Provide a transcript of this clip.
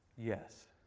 yes.